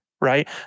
right